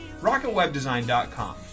RocketWebDesign.com